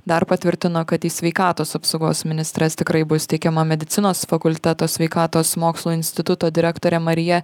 dar patvirtino kad į sveikatos apsaugos ministres tikrai bus teikiama medicinos fakulteto sveikatos mokslų instituto direktorė marija